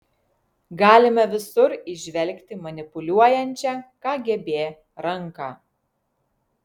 galime visur įžvelgti manipuliuojančią kgb ranką